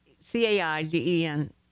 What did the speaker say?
C-A-I-D-E-N